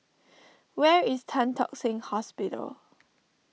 where is Tan Tock Seng Hospital